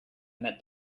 met